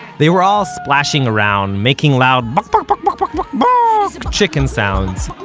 they were all splashing around, making loud buk-buk-buk-buk-buk um ah chicken sounds